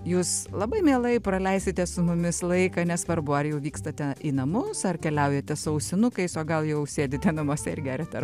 jūs labai mielai praleisite su mumis laiką nesvarbu ar jau vykstate į namus ar keliaujate su ausinukais o gal jau sėdite namuose ir geriate